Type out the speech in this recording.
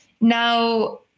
Now